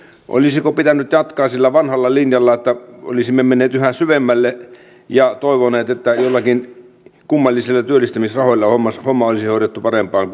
olisiko pitänyt jatkaa sillä vanhalla linjalla että olisimme menneet yhä syvemmälle ja toivoneet että joillakin kummallisilla työllistämisrahoilla homma olisi hoidettu parempaan